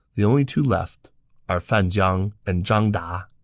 the only two left are fan jiang and zhang da.